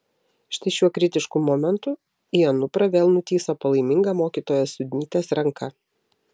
štai šiuo kritišku momentu į anuprą vėl nutįso palaiminga mokytojos sudnytės ranka